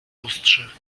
lustrze